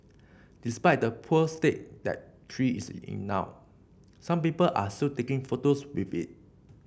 despite the poor state that tree is in now some people are still taking photos with it